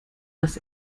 dass